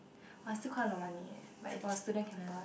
!wah! still quite a lot of money eh for a student campus